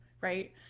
right